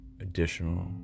additional